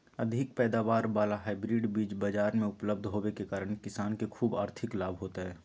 अधिक पैदावार वाला हाइब्रिड बीज बाजार मे उपलब्ध होबे के कारण किसान के ख़ूब आर्थिक लाभ होतय